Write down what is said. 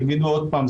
תגידו עוד פעם,